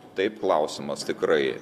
taip klausimas tikrai